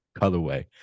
colorway